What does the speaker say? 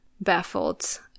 baffled